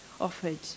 offered